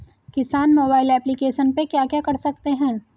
किसान mobile application पे क्या क्या कर सकते हैं?